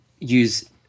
use